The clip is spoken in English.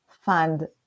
fund